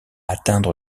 atteindre